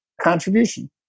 contribution